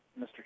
Mr